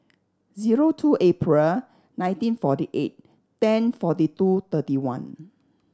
zero two April nineteen forty eight ten forty two thirty one